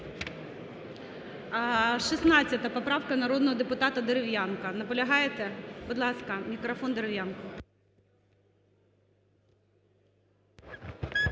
16 поправка народного депутата Дерев'янка. Наполягаєте? Будь ласка, мікрофон Дерев'янку.